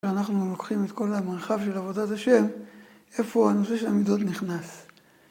אנחנו לוקחים את כל המרחב של עבודת ה', איפה הנושא של עמידות נכנס.